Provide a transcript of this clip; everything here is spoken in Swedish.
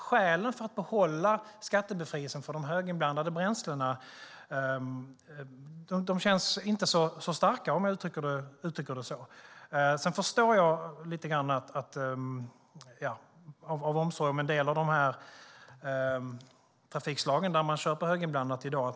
Skälen för att behålla skattebefrielsen för de höginblandade bränslena känns inte så starka, om jag uttrycker mig så. Jag förstår att man kanske vill undvika detta av omsorg om en del av de trafikslag som i dag kör på höginblandat.